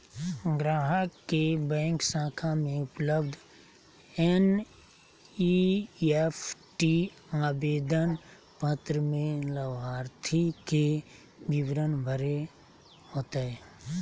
ग्राहक के बैंक शाखा में उपलब्ध एन.ई.एफ.टी आवेदन पत्र में लाभार्थी के विवरण भरे होतय